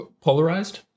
polarized